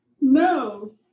No